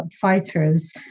fighters